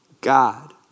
God